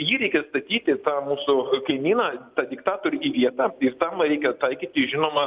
jį reikia statyti tą mūsų kaimyną tą diktatorių į vietą ir tam reikia taikyti žinoma